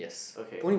okay